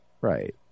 Right